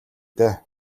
дээ